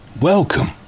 Welcome